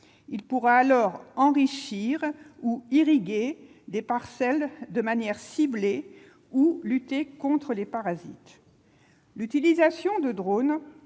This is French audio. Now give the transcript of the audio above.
Il pourra alors enrichir ou irriguer des parcelles de manière ciblée, ou lutter contre les parasites. L'emploi de drones,